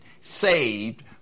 Saved